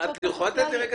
הזכויות שלהם